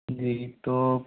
जी तो